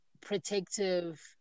protective